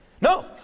No